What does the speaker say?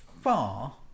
far